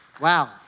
Wow